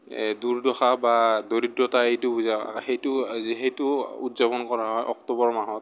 এই দুৰ্দশা বা দৰিদ্ৰতা এইটো বুজায় সেইটো সেইটো উদযাপন কৰা হয় অক্টোবৰ মাহত